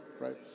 right